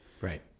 right